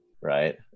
Right